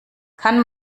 kann